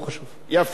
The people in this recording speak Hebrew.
טעיתם בדיון.